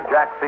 Jack